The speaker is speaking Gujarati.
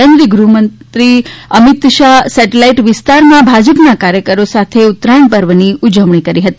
કેન્દ્રીય ગૃહમંત્રી અમિત શાહ સેટેલાઇટ વિસ્તારમાં ભાજપના કાર્યકરો સાથે ઉત્તરાયણ પર્વની ઉજવણી કરી હતી